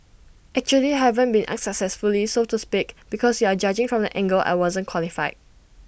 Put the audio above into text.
actually I haven't been unsuccessfully so to speak because you are judging from the angle I wasn't qualified